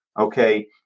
okay